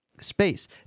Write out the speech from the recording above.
space